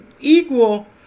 equal